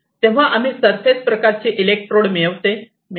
तेव्हा आम्ही सरफेस प्रकारचे इलेक्ट्रोड मिळवितो